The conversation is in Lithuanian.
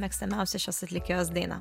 mėgstamiausia šios atlikėjos dainą